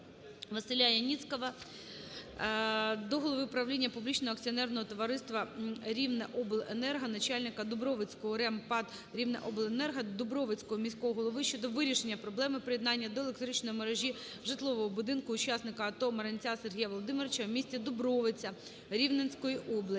Василя Яніцького до голови правління публічного акціонерного товариства "Рівнеобленерго", начальника Дубровицького РЕМ ПАТ "Рівнеобленерго", Дубровицького міського голови щодо вирішення проблеми приєднання до електричної мережі житлового будинку учасника АТО Маринця Сергія Володимировича у місті Дубровиця Рівненської області.